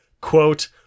quote